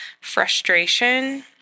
frustration